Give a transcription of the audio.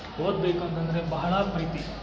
ಓದ್ಬೇಕು ಅಂತಂದರೆ ಬಹಳಾ ಪ್ರೀತಿ